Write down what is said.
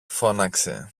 φώναξε